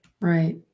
right